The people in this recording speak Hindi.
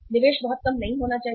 निवेश बहुत कम नहीं होना चाहिए